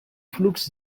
flux